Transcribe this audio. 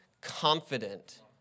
confident